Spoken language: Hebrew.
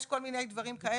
יש כל מיני דברים כאלה,